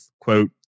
quote